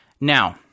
Now